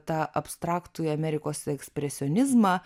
tą abstraktųjį amerikos ekspresionizmą